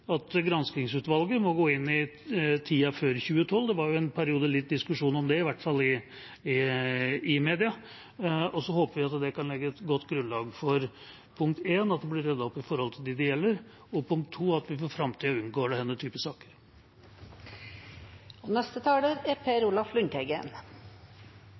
at granskingsutvalget må gå inn i tida før 2012. Det var en periode litt diskusjon om det, i hvert fall i media. Så håper vi at det kan legge et godt grunnlag for at det for det første blir ryddet opp for dem det gjelder, og for det andre at vi for framtida unngår denne typen saker. EØS-avtalen er, som alle vet, dynamisk. Den er